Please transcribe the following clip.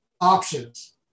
options